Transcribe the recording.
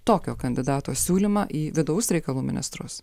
tokio kandidato siūlymą į vidaus reikalų ministrus